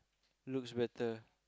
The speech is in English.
looks better